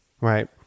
Right